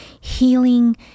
healing